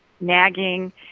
nagging